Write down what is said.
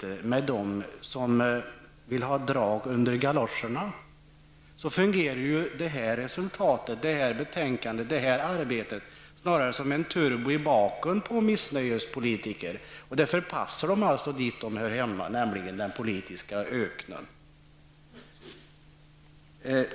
från dem som vill ha drag under galoscherna framstår betänkandet och arbetet bakom det snarare som en turbo i baken på missnöjespolitikerna. Det förpassar dem dit de hör hemma, nämligen i den politiska öknen.